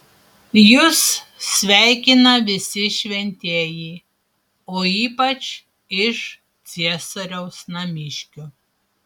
jus sveikina visi šventieji o ypač iš ciesoriaus namiškių